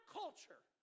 culture